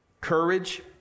courage